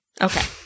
Okay